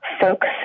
folks